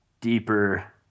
deeper